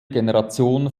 generation